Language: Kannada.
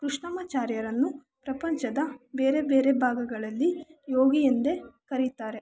ಕೃಷ್ಣಮಾಚಾರ್ಯರನ್ನು ಪ್ರಪಂಚದ ಬೇರೆ ಬೇರೆ ಭಾಗಗಳಲ್ಲಿ ಯೋಗಿಯೆಂದೇ ಕರೆಯುತ್ತಾರೆ